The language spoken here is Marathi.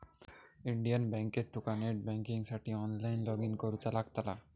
इंडियन बँकेत तुका नेट बँकिंगसाठी ऑनलाईन लॉगइन करुचा लागतला